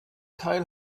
teil